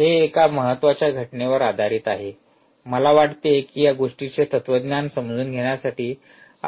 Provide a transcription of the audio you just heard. हे एका महत्त्वाच्या घटनेवर आधारित आहे मला वाटते की या गोष्टीचे तत्वज्ञान समजून घेण्यासाठी